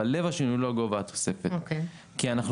אבל לב השינוי הוא לא גובה התוספת.